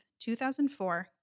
2004